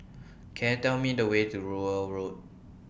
Can I Tell Me The Way to Rowell Road